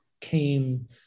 came